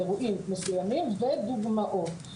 אירועים מסוימים ודוגמאות,